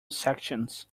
sections